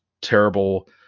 terrible